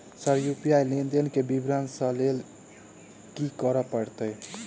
Sir UPI लेनदेन केँ विवरण केँ लेल की करऽ परतै?